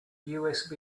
usb